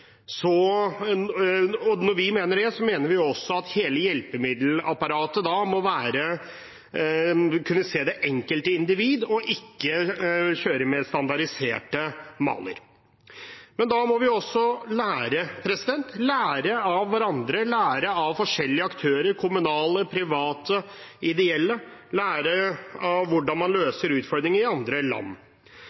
Når vi mener det, mener vi også at hele hjelpemiddelapparatet må kunne se det enkelte individ og ikke kjøre standardiserte maler. Da må vi også lære. Vi må lære av hverandre, lære av forskjellige aktører – kommunale, private og ideelle – lære hvordan man løser utfordringer i andre land.